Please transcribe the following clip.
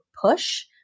push